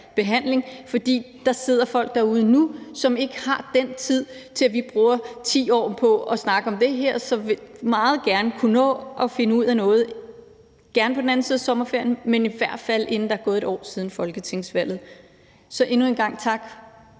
for der sidder folk derude nu, som ikke har den tid til, at vi bruger 10 år på at snakke om det her. Så vi vil meget gerne kunne finde ud af noget, gerne på den anden side af sommerferien, men i hvert fald inden der er gået et år siden folketingsvalget. Så endnu en gang tak,